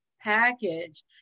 package